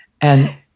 And-